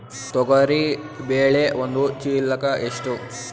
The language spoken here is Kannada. ತೊಗರಿ ಬೇಳೆ ಒಂದು ಚೀಲಕ ಎಷ್ಟು?